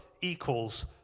equals